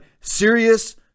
serious